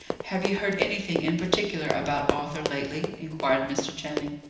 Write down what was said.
have you heard anything in particular about arthur lately? inquired mr. channing.